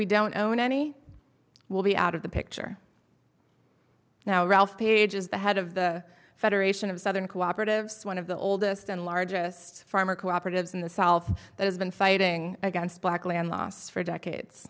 we don't own any will be out of the picture now ralph page is the head of the federation of southern cooperatives one of the oldest and largest farmer cooperatives in the solve that has been fighting against black land loss for decades